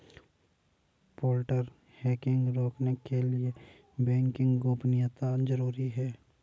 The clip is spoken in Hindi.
पोर्टल हैकिंग रोकने के लिए बैंक की गोपनीयता जरूरी हैं